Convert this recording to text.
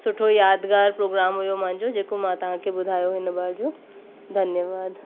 सुठो यादगार प्रोग्राम हुयो मुहिंजो जेको मां तव्हांखे ॿुधायो हिन बार जो धन्यवादु